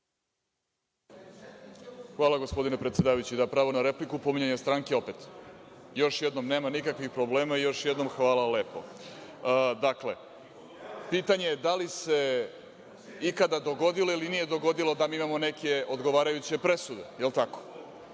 Hvala, gospodine predsedavajući. Da, pravo na repliku, pominjanje stranke opet. I još jednom, nema nikakvih problema i, još jednom, hvala lepo. Dakle, pitanje da li se ikada dogodilo ili nije dogodilo da mi imamo neke odgovarajuće presude, da li je tako?